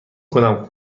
کنم